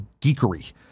geekery